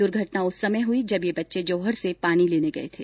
दुर्घटना उस समय हुई जब ये बच्चे जोहड से पानी लेने गये थे